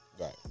Right